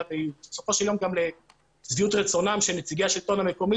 ובסופו של יום גם לשביעות רצונם של נציגי השלטון המקומי,